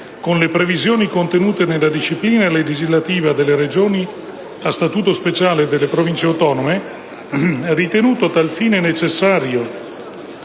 con le previsioni contenute nella disciplina legislativa delle Regioni a statuto speciale e delle Province autonome; ritenuto a tal fine necessario